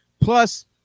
Plus